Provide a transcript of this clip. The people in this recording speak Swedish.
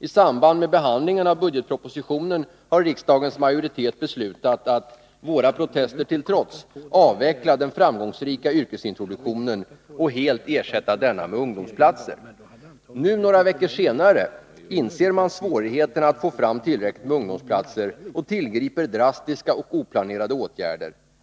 I samband med behandlingen av budgetpropositionen har riksdagens majoritet beslutat att, våra protester till trots, avveckla den framgångsrika yrkesintroduktionen och helt ersätta denna med ungdomsplatser. Nu, några veckor senare, inser man svårigheterna att få fram tillräckligt med ungdomsplatser och tillgriper drastiska och oplanerade åtgärder.